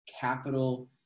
capital